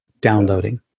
downloading